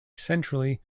centrally